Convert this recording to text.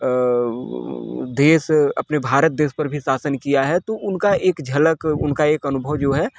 अ देश अपने भारत देश पर भी शासन किया है तो उनका एक झलक उनका एक अनुभव जो है